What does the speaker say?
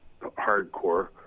hardcore